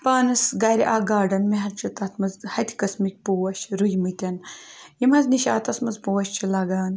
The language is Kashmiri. پانَس گَرِ اَکھ گاڈَن مےٚ حظ چھِ تَتھ منٛز ہَتہِ قٕسمٕکۍ پوش رُہمٕتٮ۪ن یِم حظ نِشاطس منٛز پوش چھِ لَگان